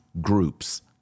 groups